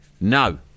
No